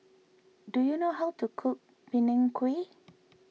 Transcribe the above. do you know how to cook Png Kueh